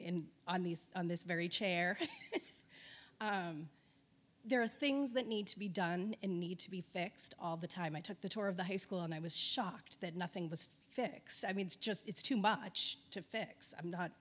in on these on this very chair there are things that need to be done need to be fixed all the time i took the tour of the high school and i was shocked that nothing was fixed i mean it's just it's too much to fix i'm not